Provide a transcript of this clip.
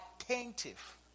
attentive